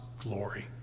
glory